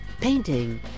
painting